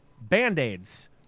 Band-Aids